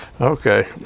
Okay